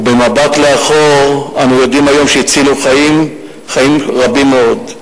ובמבט לאחור אנו יודעים היום שהצילו חיים רבים מאוד.